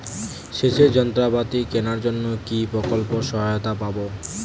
সেচের যন্ত্রপাতি কেনার জন্য কি প্রকল্পে সহায়তা পাব?